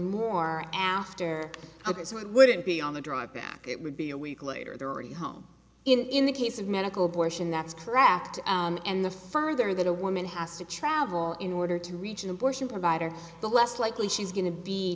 more after others wouldn't be on the drive back it would be a week later they're already home in the case of medical bushin that's correct and the further that a woman has to travel in order to reach an abortion provider the less likely she is going to be